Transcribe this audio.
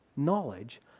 knowledge